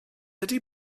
ydy